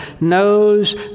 knows